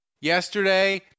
yesterday